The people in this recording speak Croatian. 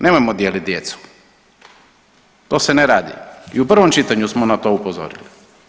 Nemojmo dijeliti djecu, to se ne radi i u prvom čitanju smo na to upozorili.